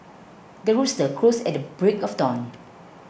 the rooster crows at the break of dawn